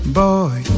boy